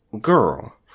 girl